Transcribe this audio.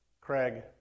Craig